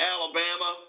Alabama